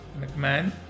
McMahon